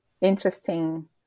interesting